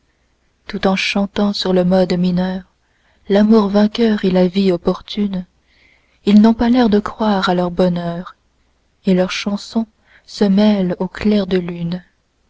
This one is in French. tout en chantant sur le mode mineur l'amour vainqueur et la vie opportune ils n'ont pas l'air de croire à leur bonheur et leur chanson se mêle au clair de lune